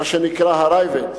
מה שנקרא הגאב"ד,